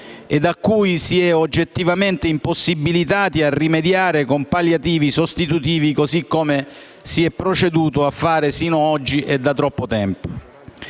a cui si è oggettivamente impossibilitati a rimediare con palliativi sostitutivi così come si è proceduto a fare sino ad oggi e da troppo tempo.